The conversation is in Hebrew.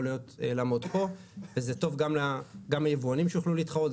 לעמוד פה וזה טוב גם ליבואנים שיוכלו להתחרות,